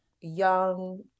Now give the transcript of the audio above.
young